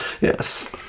Yes